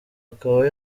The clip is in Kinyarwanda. akaba